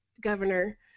governor